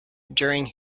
during